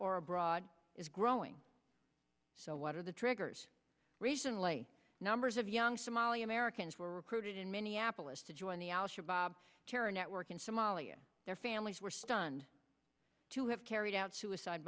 or abroad is growing so what are the triggers recently numbers of young somali americans were recruited in minneapolis to join the al shabaab terror network in somalia their families were stunned to have carried out suicide